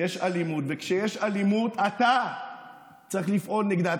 יש אלימות, וכשיש אלימות אתה צריך לפעול נגדה.